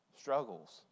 struggles